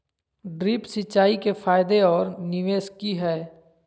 Drip सिंचाई के फायदे और निवेस कि हैय?